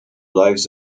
lives